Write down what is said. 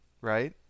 right